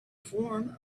form